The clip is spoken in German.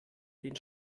den